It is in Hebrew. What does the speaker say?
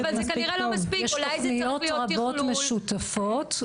יש תוכניות רבות משותפות.